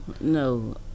no